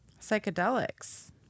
Psychedelics